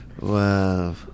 Wow